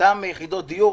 אותן יחידות דיור,